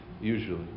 usually